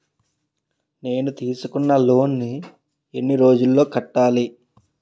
నేను తీసుకున్న లోన్ నీ ఎన్ని రోజుల్లో కట్టాలి?